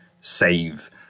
save